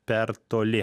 per toli